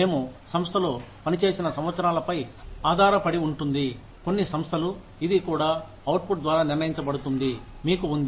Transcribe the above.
మేము సంస్థలు పనిచేసిన సంవత్సరాలపై ఆధారపడి ఉంటుంది కొన్ని సంస్థలు ఇది కూడా అవుట్ఫుట్ ద్వారా నిర్ణయించబడుతుంది మీకు ఉంది